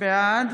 בעד